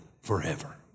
forever